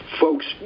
folks